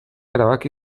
erabaki